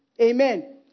Amen